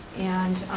and